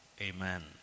Amen